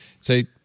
say